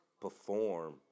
perform